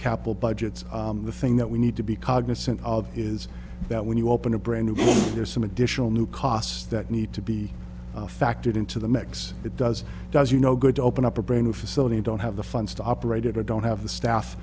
capital budgets the thing that we need to be cognizant of is that when you open a brand new there's some additional new costs that need to be factored into the mix it does does you no good to open up a brain of facility you don't have the funds to operate it or don't have the staff